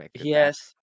yes